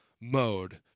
mode